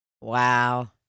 Wow